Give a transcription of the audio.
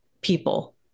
people